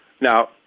Now